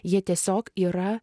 jie tiesiog yra